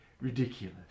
ridiculous